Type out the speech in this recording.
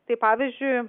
tai pavyzdžiui